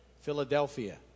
Philadelphia